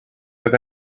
that